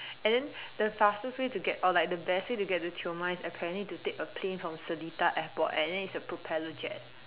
and then the fastest way to get or like the best way to get to Tioman is apparently to take a plane from Seletar airport and then it's a propeller jet